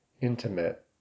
intimate